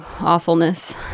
awfulness